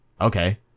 okay